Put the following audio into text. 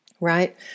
right